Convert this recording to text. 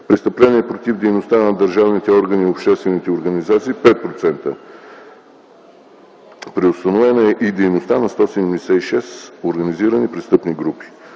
престъпления против дейността на държавните органи и обществени организации (5%). Преустановена е дейността на 176 организирани престъпни групи.